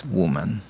woman